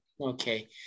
Okay